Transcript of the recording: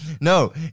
No